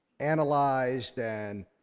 analyzed and,